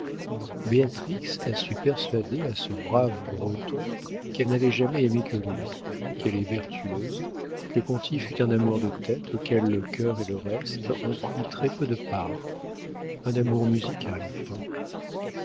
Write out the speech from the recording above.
béatrix a su persuader à ce brave breton qu'elle n'avait jamais aimé que lui qu'elle est vertueuse que conti fut un amour de tête auquel le cœur et le reste ont pris très peu de part un amour musical enfin